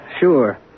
Sure